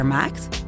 maakt